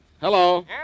Hello